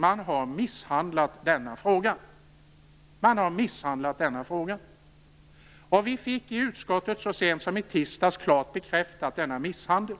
Man har misshandlat denna fråga. Vi fick i utskottet så sent som i tisdags bekräftat denna misshandel.